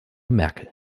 merkel